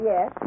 Yes